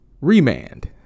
Remand